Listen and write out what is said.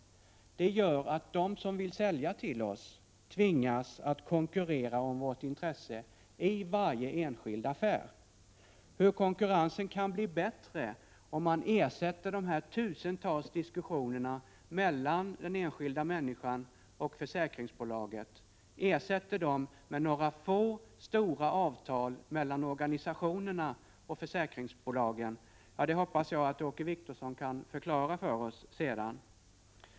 Det gör att de som vill sälja till oss tvingas att konkurrera om vårt intresse vid varje enskild affär. Hur konkurrensen kan bli bättre om man ersätter de tusentals diskussionerna mellan den enskilda människan och försäkringsbolaget med några få stora avtal mellan organisationerna och försäkringsbolagen väntar jag med spänning på att Åke Wictorsson senare skall förklara för OSS.